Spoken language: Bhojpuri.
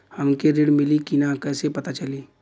हमके ऋण मिली कि ना कैसे पता चली?